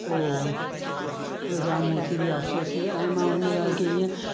उहो जाम हू थींदी आहे अफ़सोसु थींदी आहे ऐं मां हुन ॻाल्हि खे ईअं